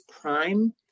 crime